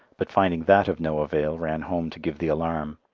but finding that of no avail ran home to give the alarm.